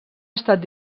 estat